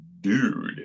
dude